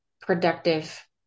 productive